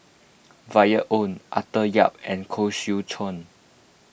Violet Oon Arthur Yap and Koh Seow Chuan